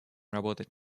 работать